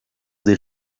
des